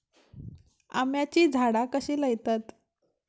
आम्याची झाडा कशी लयतत?